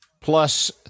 plus